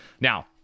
Now